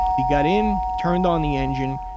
he got in, turned on the engine,